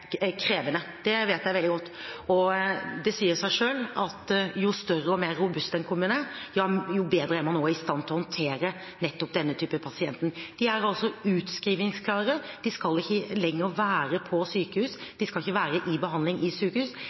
krevende – det vet jeg veldig godt. Det sier seg selv at jo større og mer robust en kommune er, jo bedre er man også i stand til å håndtere nettopp denne type pasienter. De er altså utskrivningsklare, de skal ikke lenger være på sykehus, de skal ikke være i behandling i sykehus